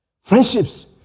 Friendships